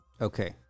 Okay